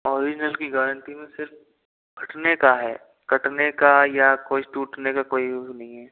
original की guarantee में सिर्फ फटने का है कटने का या कोई टूटने का कोई वो नहीं है